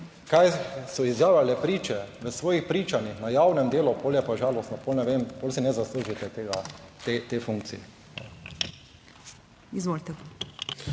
kaj so izjavljale priče v svojih pričanjih na javnem delu, pol je pa žalostno, pol ne vem, pol si ne zaslužite tega, te funkcije.